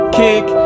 kick